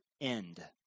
End